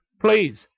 Please